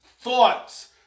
thoughts